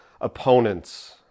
opponents